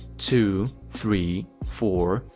two. three. four.